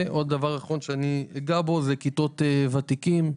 דבר אחרון שאגע בו זה כיתות ותיקים.